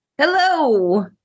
Hello